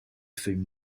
feuilles